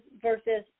versus